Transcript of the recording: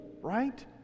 Right